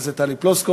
הצעת חוק הגנת הצרכן (תיקון מס' 45)